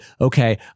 okay